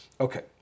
okay